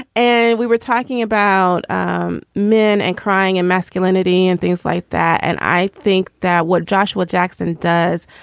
and we were talking about um men and crying and masculinity and things like that. and i think that what joshua jackson does,